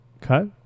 cut